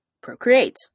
procreate